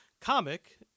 comic